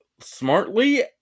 smartly